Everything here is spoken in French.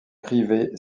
privée